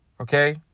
okay